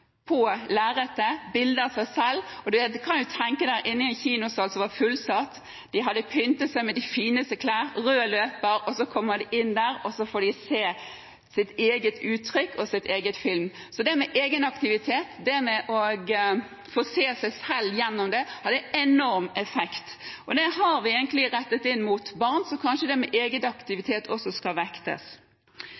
på film. Man kan bare tenke seg det: I en kinosal som var fullsatt, med rød løper, hadde de pyntet seg med de fineste klær, og så kommer de inn der og får se sitt eget uttrykk og sin egen film. Det med egenaktivitet, det å få se seg selv gjennom det, hadde enorm effekt. Det har vi egentlig rettet inn mot barn, så kanskje det med